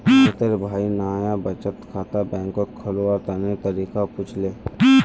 मोहितेर भाई नाया बचत खाता बैंकत खोलवार तने तरीका पुछले